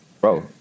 bro